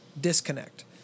disconnect